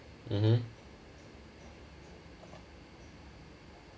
mmhmm